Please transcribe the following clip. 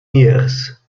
years